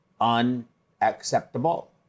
unacceptable